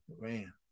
man